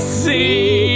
see